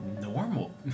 Normal